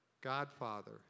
Godfather